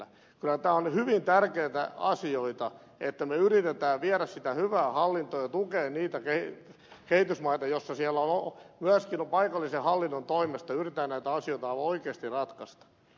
kyllä nämä ovat hyvin tärkeitä asioita että me yritämme viedä sitä hyvää hallintoa ja tukea niitä kehitysmaita joissa myöskin paikallisen hallinnon toimesta yritetään näitä asioita oikeasti ratkaista